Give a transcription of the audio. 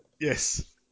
Yes